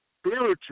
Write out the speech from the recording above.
spiritual